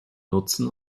nutzen